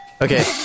Okay